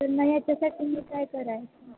तर नाही तसं तुम्ही काय कराल